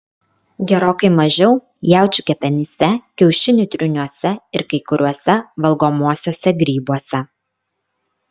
gerokai mažiau jaučių kepenyse kiaušinių tryniuose ir kai kuriuose valgomuosiuose grybuose